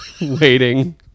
waiting